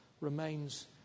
remains